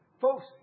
Folks